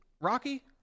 Rocky